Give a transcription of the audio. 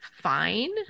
Fine